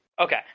Okay